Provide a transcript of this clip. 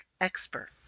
expert